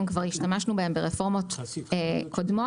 כבר השתמשנו בהן ברפורמות קודמות.